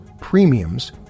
premiums